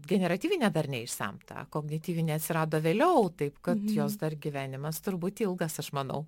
generatyvinė dar neišsemta kognityvinė atsirado vėliau taip kad jos dar gyvenimas turbūt ilgas aš manau